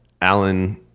Alan